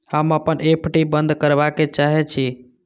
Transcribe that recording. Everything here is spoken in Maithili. हम अपन एफ.डी बंद करबा के चाहे छी